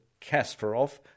Kasparov